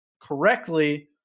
correctly